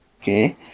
Okay